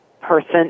person